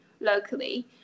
locally